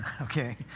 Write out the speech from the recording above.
Okay